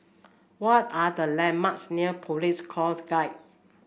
what are the landmarks near Police Coast Guard